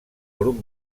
grup